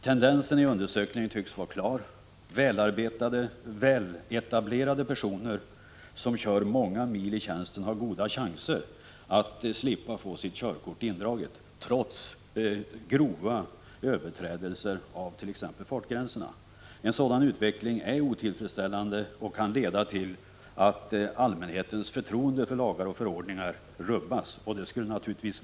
Tendensen tycks vara att väletablerade personer som har en bra bil och kör många mil i tjänsten har goda chanser att slippa få sitt körkort indraget trots grova överträdelser av fartgränserna. En sådan utveckling är otillfredsställande och kan leda till att allmänhetens förtroende för vårt rättsväsende rubbas.